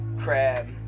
Crab